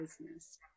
business